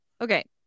Okay